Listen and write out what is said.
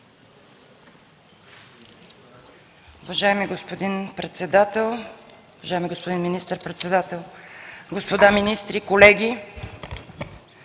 Уважаеми господин председателстващ, уважаеми господин министър-председател, господа министри, господа